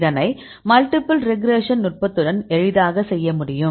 இதனை multiple regression நுட்பத்துடன் எளிதாக செய்ய முடியும்